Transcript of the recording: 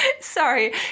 Sorry